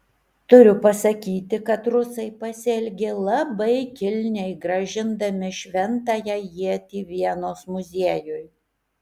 turiu pasakyti kad rusai pasielgė labai kilniai grąžindami šventąją ietį vienos muziejui